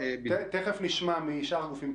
תכף נשמע משאר הגופים.